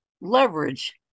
leverage